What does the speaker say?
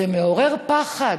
זה מערר פחד.